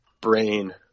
brain